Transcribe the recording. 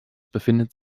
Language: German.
befindet